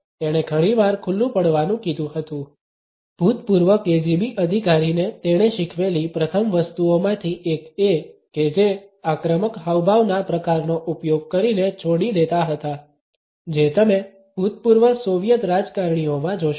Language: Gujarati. તેણે ઘણીવાર ખુલ્લુ પડવાનુ કીધુ હતુ ભૂતપૂર્વ KGB અધિકારીને તેણે શીખવેલી પ્રથમ વસ્તુઓમાંથી એક એ કે જે આક્રમક હાવભાવના પ્રકારનો ઉપયોગ કરીને છોડી દેતા હતા જે તમે ભૂતપૂર્વ સોવિયત રાજકારણીઓમાં જોશો